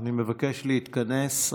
אני מבקש להתכנס.